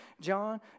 John